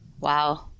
Wow